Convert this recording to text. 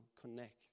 connect